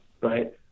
right